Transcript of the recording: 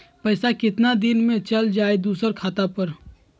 पैसा कितना दिन में चल जाई दुसर खाता पर?